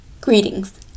Greetings